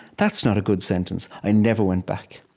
that's not a good sentence. i never went back.